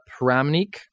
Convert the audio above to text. Pramnik